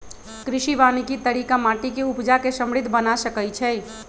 कृषि वानिकी तरिका माटि के उपजा के समृद्ध बना सकइछइ